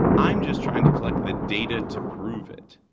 i'm just trying to collect the data to prove it,